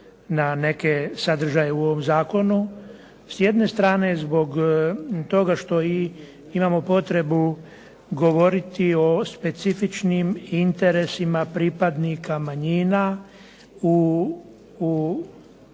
na neke sadržaje u ovom zakonu, s jedne strane zbog toga što imamo potrebu govoriti o specifičnim interesima pripadnika manjina, u